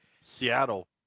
Seattle